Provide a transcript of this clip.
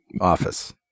office